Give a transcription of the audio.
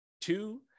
Two